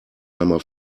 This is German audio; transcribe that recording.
einmal